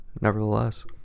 nevertheless